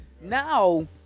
Now